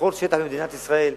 בכל שטח מדינת ישראל,